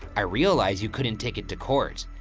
i realize you couldn't take it to court,